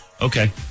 Okay